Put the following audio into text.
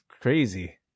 crazy